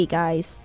guys